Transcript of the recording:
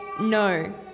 No